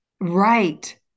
right